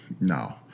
no